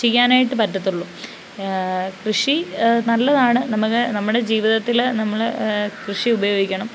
ചെയ്യാനായിട്ട് പറ്റത്തുള്ളൂ കൃഷി നല്ലതാണ് നമുക്ക് നമ്മുടെ ജീവിതത്തിലെ നമ്മൾ കൃഷി ഉപയോഗിക്കണം